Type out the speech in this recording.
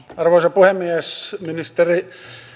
arvoisa puhemies ministeri